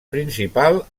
principal